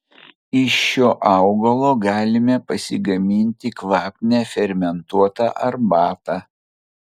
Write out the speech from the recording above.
iš šio augalo galime pasigaminti kvapnią fermentuotą arbatą